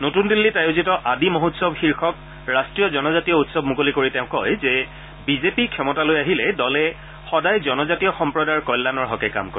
নতূন দিল্লীত আয়োজিত আদি মহোৎসৱ শীৰ্ষক ৰাষ্টীয় জনজাতীয় উৎসৱ মুকলি কৰি তেওঁ কয় যে বিজেপি ক্ষমতালৈ আহিলে দলে সদায় জনজাতীয় সম্প্ৰদায়ৰ কল্যাণৰ হকে কাম কৰে